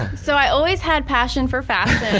so i always had passion for fashion.